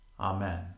Amen